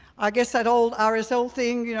i guess that old aresol thing, you know